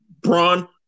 Braun